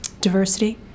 diversity